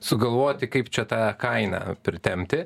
sugalvoti kaip čia tą kainą pritempti